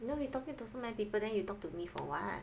you know he's talking to so many people then you talk to me for what